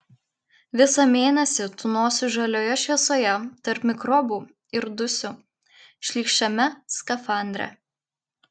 visą mėnesį tūnosiu žalioje šviesoje tarp mikrobų ir dusiu šlykščiame skafandre